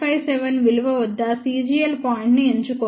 457 విలువ వద్ద cgl point ను ఎంచుకోండి